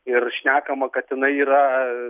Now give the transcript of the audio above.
ir šnekama kad jinai yra